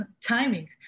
timing